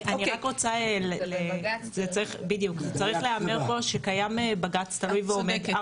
אני רק רוצה לומר פה שקיים בג"ץ תלוי ועומד,